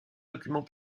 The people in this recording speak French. document